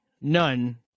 none